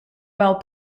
well